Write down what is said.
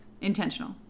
intentional